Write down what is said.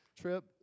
trip